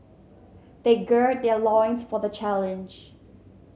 they gird their loins for the challenge